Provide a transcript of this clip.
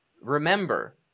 Remember